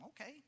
Okay